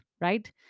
right